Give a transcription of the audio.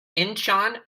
incheon